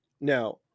Now